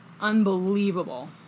unbelievable